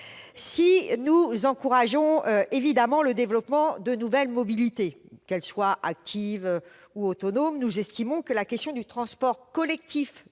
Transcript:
Si nous encourageons évidemment le développement de nouvelles mobilités, qu'elles soient actives ou autonomes, nous estimons que la question du transport collectif